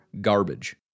garbage